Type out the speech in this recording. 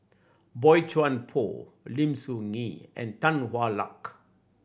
Boey Chuan Poh Lim Soo Ngee and Tan Hwa Luck